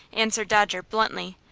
answered dodger, bluntly.